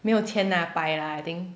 没有千啦百的 I think